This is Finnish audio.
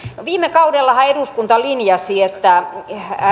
viime kaudellahan eduskunta linjasi että